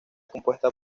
compuesta